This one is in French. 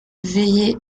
veiller